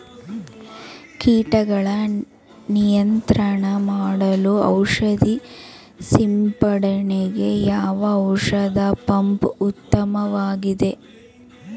ಕೀಟಗಳ ನಿಯಂತ್ರಣ ಮಾಡಲು ಔಷಧಿ ಸಿಂಪಡಣೆಗೆ ಯಾವ ಔಷಧ ಪಂಪ್ ಉತ್ತಮವಾಗಿದೆ?